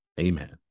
Amen